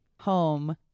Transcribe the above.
home